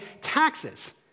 taxes